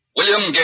William